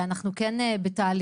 אנחנו כן בתהליכים,